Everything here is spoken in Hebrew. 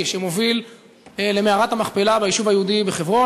שמוביל למערת המכפלה ביישוב היהודי בחברון.